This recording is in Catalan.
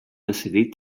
decidir